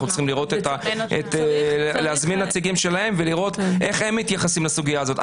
אנחנו צריכים להזמין נציגים שלהם ולראות איך הם מתייחסים לסוגיה הזאת.